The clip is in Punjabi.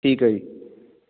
ਠੀਕ ਹੈ ਜੀ